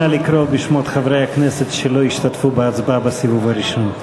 נא לקרוא בשמות חברי הכנסת שלא השתתפו בהצבעה בסיבוב הראשון.